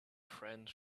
friend